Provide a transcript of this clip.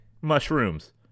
Mushrooms